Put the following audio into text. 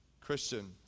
Christian